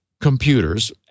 computers